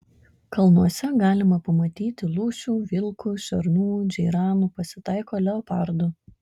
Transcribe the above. kalnuose galima pamatyti lūšių vilkų šernų džeiranų pasitaiko leopardų